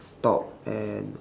top and